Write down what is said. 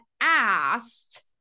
asked